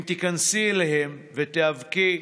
אם תיכנסי אליהם ותיאבקי,